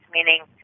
meaning